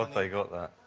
um they got that.